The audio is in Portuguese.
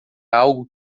algo